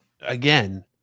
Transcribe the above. again